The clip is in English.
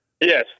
Yes